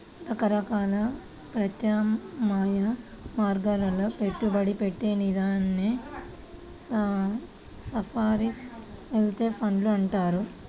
రకరకాల ప్రత్యామ్నాయ మార్గాల్లో పెట్టుబడి పెట్టే నిధినే సావరీన్ వెల్త్ ఫండ్లు అంటారు